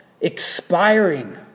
expiring